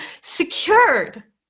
secured